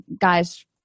guys